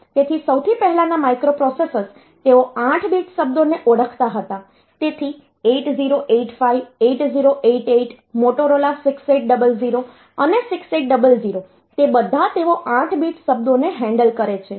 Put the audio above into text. તેથી સૌથી પહેલાના માઇક્રોપ્રોસેસર્સ તેઓ 8 બીટ શબ્દોને ઓળખતા હતા તેથી 8085 8088 મોટોરોલા 6800 અને 6800 તે બધા તેઓ 8 બીટ શબ્દોને હેન્ડલ કરે છે